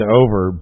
over